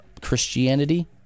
Christianity